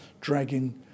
dragging